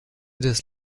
des